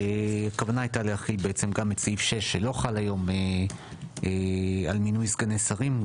הכוונה הייתה להחיל גם את סעיף 6 שלא חל היום על סגני שרים,